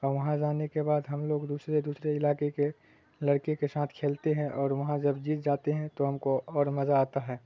اور وہاں جانے کے بعد ہم لوگ دوسرے دوسرے علاقے کے لڑکے کے ساتھ کھیلتے ہیں اور وہاں جب جیت جاتے ہیں تو ہم کو اور مزہ آتا ہے